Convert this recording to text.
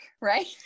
right